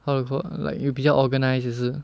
how to call like 有比较 organised 也是